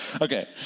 Okay